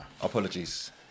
Apologies